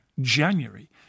January